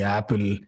Apple